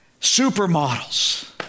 Supermodels